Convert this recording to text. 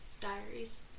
Diaries